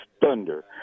Thunder